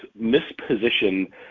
misposition